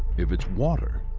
if it's water,